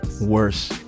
worse